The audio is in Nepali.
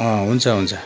हुन्छ हुन्छ